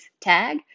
Tag